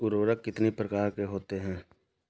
उर्वरक कितनी प्रकार के होते हैं?